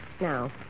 Now